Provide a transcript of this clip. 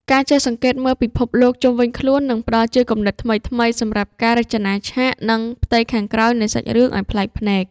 ការចេះសង្កេតមើលពិភពលោកជុំវិញខ្លួននឹងផ្តល់ជាគំនិតថ្មីៗសម្រាប់ការរចនាឆាក និង ផ្ទៃខាងក្រោយនៃសាច់រឿងឱ្យប្លែកភ្នែក។